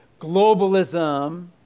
globalism